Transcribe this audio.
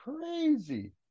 crazy